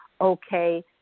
Okay